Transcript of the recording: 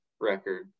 record